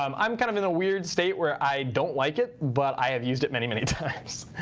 um i'm kind of in the weird state where i don't like it, but i have used it many, many.